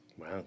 Wow